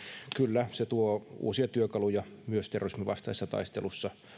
kyllä se tuo uusia työkaluja myös terrorismin vastaisessa taistelussa